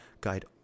guide